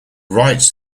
writes